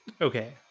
Okay